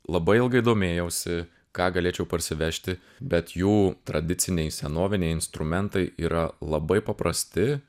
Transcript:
labai ilgai domėjausi ką galėčiau parsivežti bet jų tradiciniai senoviniai instrumentai yra labai paprasti